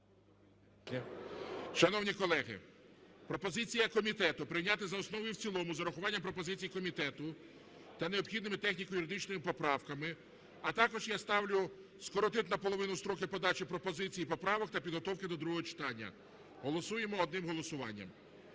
Шановні колеги, пропозиція комітету прийняти за основу і в цілому з урахуванням пропозицій комітету та необхідними техніко-юридичними поправками. А також я ставлю скоротити наполовину строки подачі пропозицій і поправок та підготовки до другого читання. Голосуємо одним голосуванням.